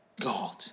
God